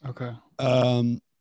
Okay